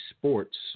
Sports